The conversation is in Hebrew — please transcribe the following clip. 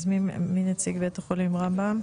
מי נציג בית החולים רמב"ם?